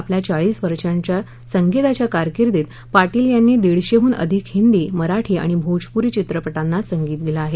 आपल्या चाळीस वर्षांच्या संगीताच्या कारकिर्दीत पाटील यांनी दिडशेहून अधिक हिंदी मराठी आणि भोजपूरी चित्रपटांना संगीत दिलं आहे